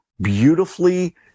beautifully